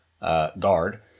guard